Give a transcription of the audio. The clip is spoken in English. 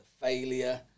failure